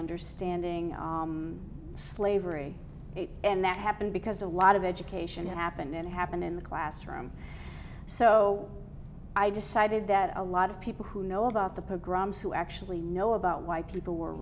understanding slavery and that happened because a lot of education happened and it happened in the classroom so i decided that a lot of people who know about the programs who actually know about why people were